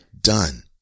done